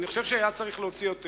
אני חושב שהיה צריך להוציא יותר.